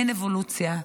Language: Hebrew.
אין אבולוציה,